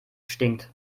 stinkt